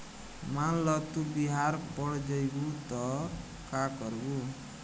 मान ल तू बिहार पड़ जइबू त का करबू